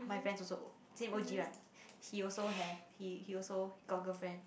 my friend also same O_G one he also have he he also got girlfriend